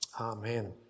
amen